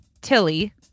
Tilly